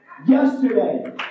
Yesterday